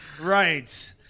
Right